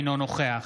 אינו נוכח